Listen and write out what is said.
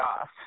off